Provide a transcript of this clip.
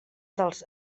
dels